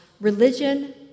Religion